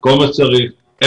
גם